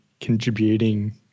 contributing